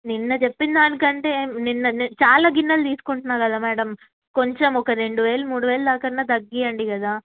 నిన్న చెప్పిన దానికంటే నిన్న చాలా గిన్నెలు తీసుకుంటున్నాను కదా మేడం కొంచెం ఒక రెండు వేలు మూడు వేలు దాని కన్నా తగ్గిచండి కదా